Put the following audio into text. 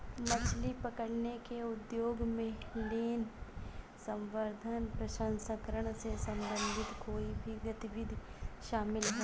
मछली पकड़ने के उद्योग में लेने, संवर्धन, प्रसंस्करण से संबंधित कोई भी गतिविधि शामिल है